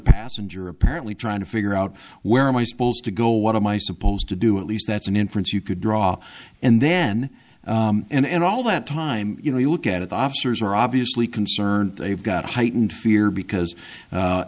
passenger apparently trying to figure out where am i supposed to go what am i supposed to do at least that's an inference you could draw and then in all that time you know you look at the officers are obviously concerned they've got heightened fear because